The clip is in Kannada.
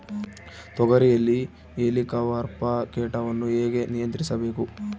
ತೋಗರಿಯಲ್ಲಿ ಹೇಲಿಕವರ್ಪ ಕೇಟವನ್ನು ಹೇಗೆ ನಿಯಂತ್ರಿಸಬೇಕು?